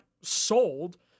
sold